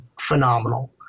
phenomenal